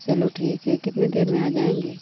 चलो ठीक है कितनी देर में आ जाएँगे